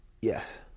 Yes